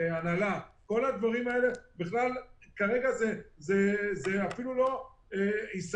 והנעלה כל הדברים האלה כרגע זה אפילו לא הישרדות,